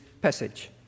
passage